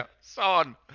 Son